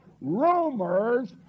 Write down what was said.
rumors